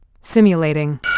Simulating